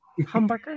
Humbucker